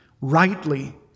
rightly